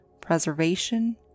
preservation